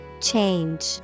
Change